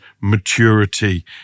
maturity